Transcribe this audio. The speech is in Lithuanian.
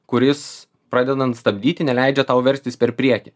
kuris pradedant stabdyti neleidžia tau verstis per priekį